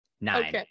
Nine